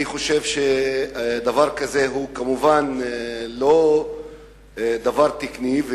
אני חושב שדבר כזה הוא כמובן לא דבר תקני,